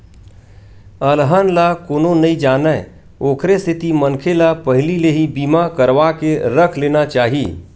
अलहन ला कोनो नइ जानय ओखरे सेती मनखे ल पहिली ले ही बीमा करवाके रख लेना चाही